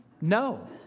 No